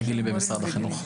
מורים רגילים במשרד החינוך.